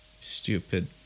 Stupid